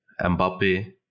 Mbappe